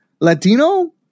Latino